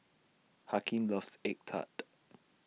Hakim loves Egg Tart